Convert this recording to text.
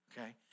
okay